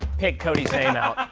pick cody's name out.